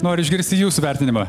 noriu išgirsti jūsų vertinimą